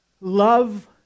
Love